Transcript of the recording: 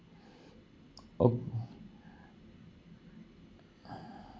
oh